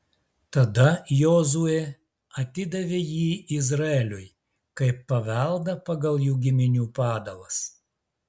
tada jozuė atidavė jį izraeliui kaip paveldą pagal jų giminių padalas